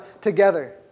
together